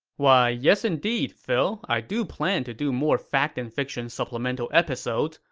why yes, indeed, phil. i do plan to do more fact-and-fiction supplemental episodes.